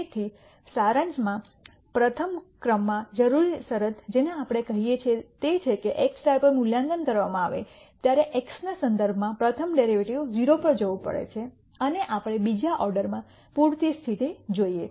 તેથી સારાંશમાં પ્રથમ ક્રમમાં જરૂરી શરત જેને આપણે કહીએ છીએ તે છે કે x પર મૂલ્યાંકન કરવામાં આવે ત્યારે x ના સંદર્ભમાં પ્રથમ ડેરિવેટિવ 0 પર જવું પડે છે અને આપણે બીજા ઓર્ડર માં પૂરતી સ્થિતિ જોઈએ